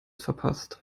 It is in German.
verpasst